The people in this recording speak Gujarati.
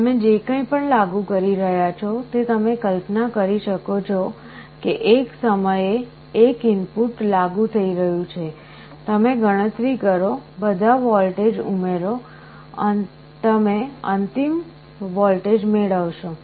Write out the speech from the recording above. તમે જે કંઈપણ લાગુ કરી રહ્યા છો તે તમે કલ્પના કરી શકો છો કે એક સમયે એક ઇનપુટ લાગુ થઈ રહ્યું છે તમે ગણતરી કરો બધા વોલ્ટેજ ઉમેરો તમે અંતિમ વોલ્ટેજ મેળવશો